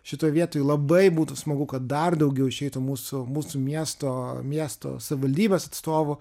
šitoj vietoj labai būtų smagu kad dar daugiau išeitų mūsų mūsų miesto miesto savivaldybės atstovų